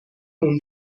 اون